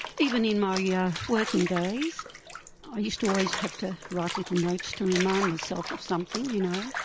even in my yeah working days i used to always have to write little notes to remind myself of something you know.